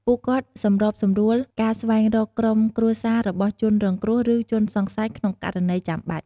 ពួកគាត់សម្របសម្រួលការស្វែងរកក្រុមគ្រួសាររបស់ជនរងគ្រោះ ឬជនសង្ស័យក្នុងករណីចាំបាច់។